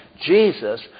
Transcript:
Jesus